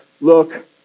look